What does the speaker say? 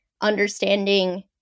understanding